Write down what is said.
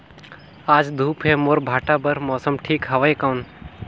आज धूप हे मोर भांटा बार मौसम ठीक हवय कौन?